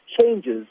changes